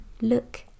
Look